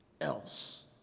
else